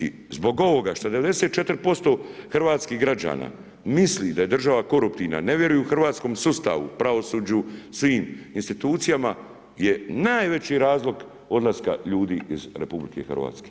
I zbog ovoga što 94% hrvatskih građana misli daj e država koruptivna, ne vjeruju hrvatskom sustavu, pravosuđu, svim institucijama je najveći razlog odlaska ljudi iz RH.